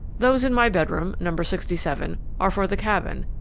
those in my bedroom number sixty-seven are for the cabin,